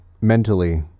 mentally